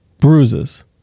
bruises